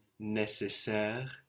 nécessaire